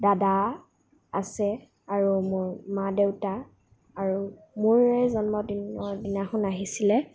দাদা আছে আৰু মোৰ মা দেউতা আৰু মোৰ এই জন্মদিনৰ দিনাখন আহিছিলে